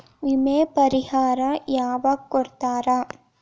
ವಿಮೆ ಪರಿಹಾರ ಯಾವಾಗ್ ಕೊಡ್ತಾರ?